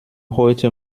heute